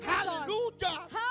Hallelujah